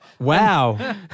Wow